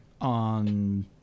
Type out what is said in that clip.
on